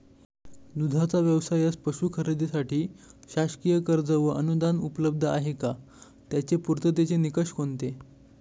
दूधाचा व्यवसायास पशू खरेदीसाठी शासकीय कर्ज व अनुदान उपलब्ध आहे का? त्याचे पूर्ततेचे निकष कोणते?